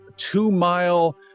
two-mile